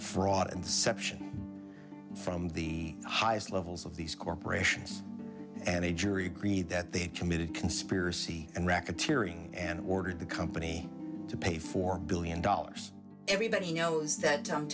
fraud inception from the highest levels of these corporations and the jury agreed that they had committed conspiracy and racketeering and ordered the company to pay for billion dollars everybody knows that